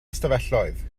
ystafelloedd